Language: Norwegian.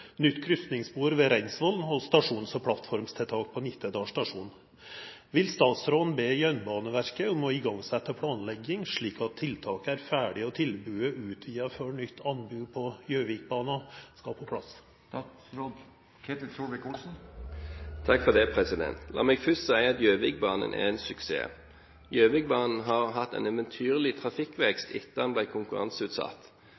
nytt krysningsspor ved Reinsvoll og stasjons- og plattformtiltak på Nittedal stasjon. Vil statsråden be Jernbaneverket om å igangsette planlegging slik at tiltakene er ferdige og tilbudet utvidet før nytt anbud på Gjøvikbanen?» La meg først si at Gjøvikbanen er en suksess. Gjøvikbanen har hatt en eventyrlig